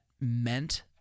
meant